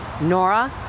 Nora